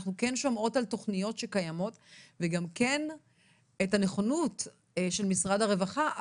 אנחנו כן שומעות על התוכניות שקיימות וגם כן את הנכונות של משרד הרווחה,